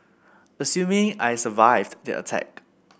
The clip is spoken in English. assuming I survived the attack